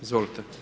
Izvolite.